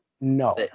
No